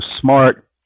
smart